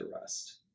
rest